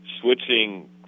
switching